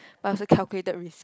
but it's a calculated risk